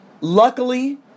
luckily